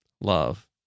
Love